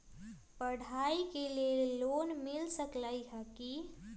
पढाई के लेल लोन मिल सकलई ह की?